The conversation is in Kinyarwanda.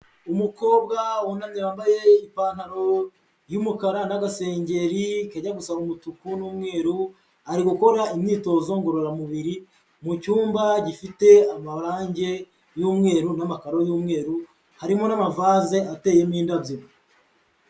Umukobwa ipantaro y'umukara n'asengeri kajya gusa umutuku n'umweru, ari gukora imyitozo ngororamubiri mu cyumba gifite amarangi y'umweru n'amakaro y'umweru, harimo n'amavaze ateyemo indabyo.